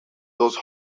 those